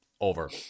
Over